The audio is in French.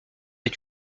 est